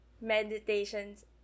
meditations